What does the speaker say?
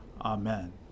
Amen